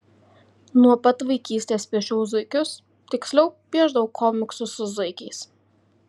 nuo pat vaikystės piešiau zuikius tiksliau piešdavau komiksus su zuikiais